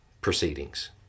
proceedings